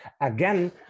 again